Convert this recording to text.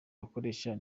bakoresheje